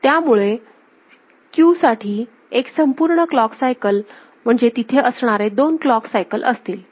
त्यामुळे Q साठी एक संपूर्ण क्लॉक सायकल म्हणजे तिथे असणारे दोन क्लॉक सायकल असतील